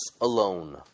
alone